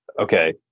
okay